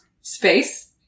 space